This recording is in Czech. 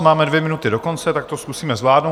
Máme dvě minuty do konce, tak to zkusíme zvládnout.